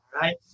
right